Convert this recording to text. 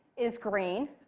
is green.